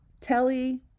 telly